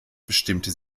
bestimmte